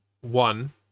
one